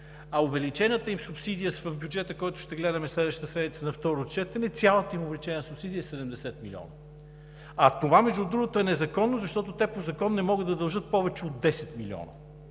а увеличената им субсидия в бюджета, който ще гледаме следващата седмица на второ четене – цялата им увеличена субсидия, е 70 милиона, а това, между другото, е незаконно, защото те по закон не могат да дължат повече от 10 милиона,